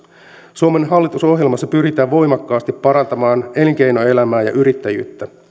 suomen hallitusohjelmassa pyritään voimakkaasti parantamaan elinkeinoelämää ja yrittäjyyttä